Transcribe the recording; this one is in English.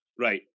Right